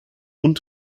und